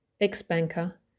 ex-banker